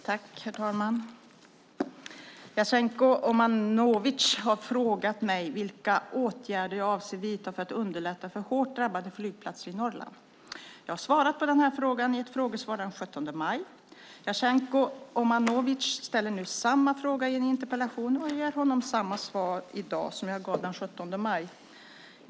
Herr talman! Jasenko Omanovic har frågat mig vilka åtgärder jag avser att vidta för att underlätta för hårt drabbade flygplatser i Norrland. Jag har svarat på denna fråga i ett frågesvar den 17 maj. Jasenko Omanovic ställer nu samma fråga i en interpellation, och jag ger honom samma svar i dag som jag gav den 17 maj.